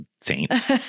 saints